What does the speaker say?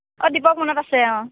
অঁ দীপক মনত আছে অঁ